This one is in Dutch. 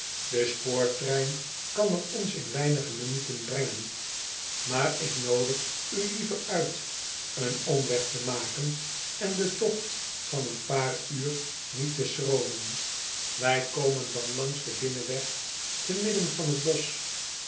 e spoortrein kan er ons in weinige minuten brengen maar ik noodig u liever uit een omweg te maken en den togt van een paar uur niet te schromen ij komen dan langs den binnenweg te midden van het bosch